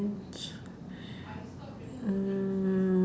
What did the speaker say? mm